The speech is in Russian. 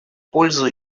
пользу